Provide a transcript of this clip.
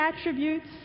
attributes